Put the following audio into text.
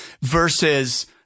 versus